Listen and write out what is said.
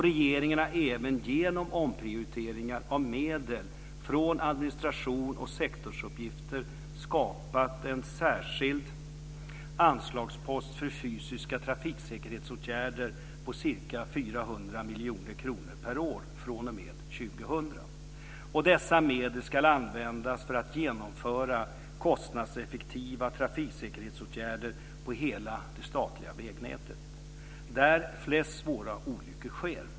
Regeringen har även genom omprioriteringar av medel från administration och sektorsuppgifter skapat en särskild anslagspost för fysiska trafiksäkerhetsåtgärder på ca 400 miljoner kronor per år fr.o.m. år 2000. Dessa medel ska användas för att genomföra kostnadseffektiva trafiksäkerhetsåtgärder på hela det statliga vägnätet där flest svåra olyckor sker.